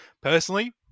personally